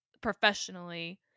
professionally